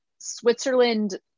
Switzerland